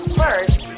first